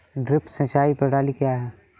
Drip सिंचाई प्रणाली क्या है?